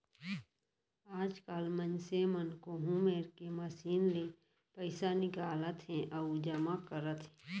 आजकाल मनसे मन कोहूँ मेर के मसीन ले पइसा निकालत हें अउ जमा करत हें